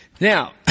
Now